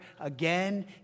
again